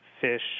fish